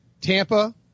Tampa